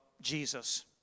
Jesus